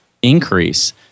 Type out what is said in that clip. increase